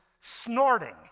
snorting